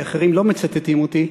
כי אחרים לא מצטטים אותי,